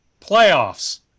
playoffs